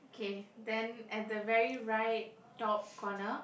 K then at the very right top corner